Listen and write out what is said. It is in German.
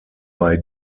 bei